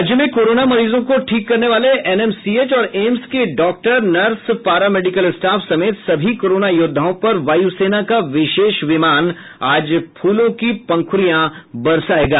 राज्य में कोरोना मरीजों को ठीक करने वाले एनएमसीएच और एम्स के doctor nurse para medical staff समेत सभी कोरोना योद्धाओं पर वायु सेना का विशेष विमान आज फूलों की पंखुड़ियां बरसायेंगा